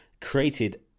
created